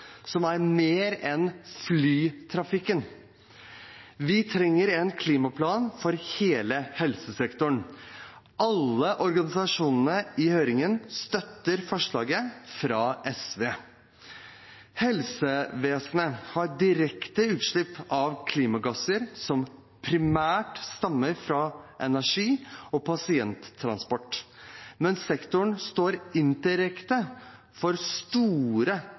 som er mer enn flytrafikken. Vi trenger en klimaplan for hele helsesektoren. Alle organisasjonene i høringen støtter forslaget fra SV. Helsevesenet har direkte utslipp av klimagasser som primært stammer fra energi- og pasienttransport, men sektoren står indirekte for store